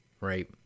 Right